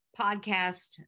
podcast